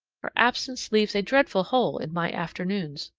her absence leaves a dreadful hole in my afternoons.